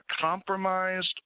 compromised